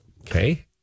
Okay